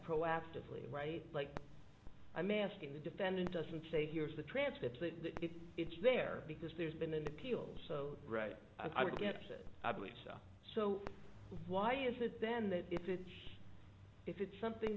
proactively right like i'm asking the defendant doesn't say here's the transcript it's it's there because there's been an appeals so right i get it i believe so so why is it then that if it if it's something